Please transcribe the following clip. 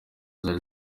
zari